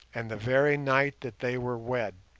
and the very night that they were wed,